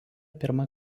pirmą